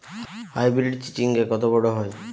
Hybrid চিচিংঙ্গা কত বড় হয়?